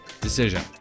decision